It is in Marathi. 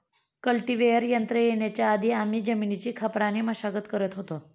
कल्टीवेटर यंत्र येण्याच्या आधी आम्ही जमिनीची खापराने मशागत करत होतो